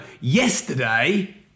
yesterday